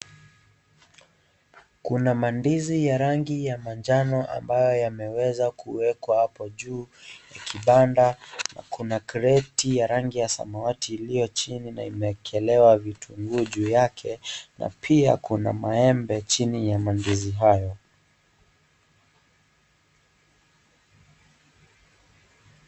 Kuna mandizi ya rangi ya manjano ambayo yameweza kuwekwa apo juu Kwa kibanda. Kuna kreti ya rangi ya samawati iliyo chini na imeekelewa vitunguu juu yake na pia kuna maembe chini ya mandizi hayo.